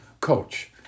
coach